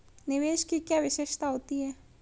निवेश की क्या विशेषता होती है?